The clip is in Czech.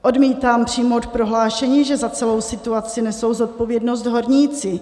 Odmítám přijmout prohlášení, že za celou situaci nesou zodpovědnost horníci.